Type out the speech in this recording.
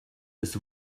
with